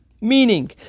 meaning